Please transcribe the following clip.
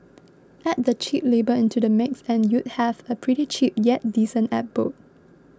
add the cheap labour into the mix and you'd have a pretty cheap yet decent abode